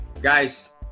Guys